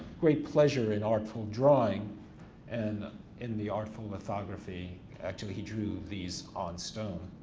great pleasure in artful drawing and in the artful lithography. actually he drew these on stone